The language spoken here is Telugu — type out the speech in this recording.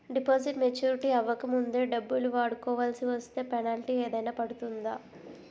డిపాజిట్ మెచ్యూరిటీ అవ్వక ముందే డబ్బులు వాడుకొవాల్సి వస్తే పెనాల్టీ ఏదైనా పడుతుందా?